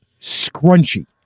scrunchy